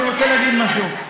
אני רוצה להגיד משהו,